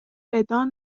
بدان